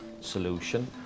solution